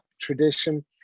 tradition